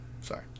sorry